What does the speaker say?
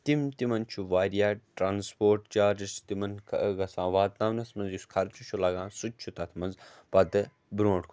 تِم تِمن چھُ واریاہ ٹرانسپوٹ چارجٕس چھِ تِمن گژھان واتناونَس منٛز یُس خرچہٕ چھُ لگان سُہ تہِ چھُ تَتھ منٛز پَتہٕ برونٛٹھ کُن